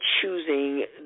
choosing